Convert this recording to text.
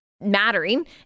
mattering